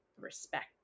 respect